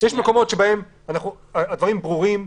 יש מקומות שבהם הדברים ברורים?